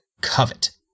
Covet